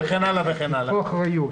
הייתי